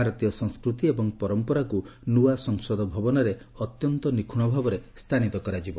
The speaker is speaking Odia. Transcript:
ଭାରତୀୟ ସଂସ୍କୃତି ଏବଂ ପରମ୍ପରାକୁ ନୂଆ ସଂସଦ ଭବନରେ ଅତ୍ୟନ୍ତ ନିଖୁଣ ଭାବରେ ସ୍ଥାନିତ କରାଯିବ